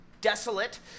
desolate